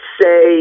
say